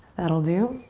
that'll do.